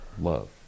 love